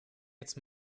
jetzt